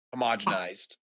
Homogenized